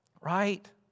right